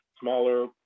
smaller